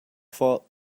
fault